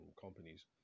companies